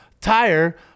tire